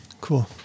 cool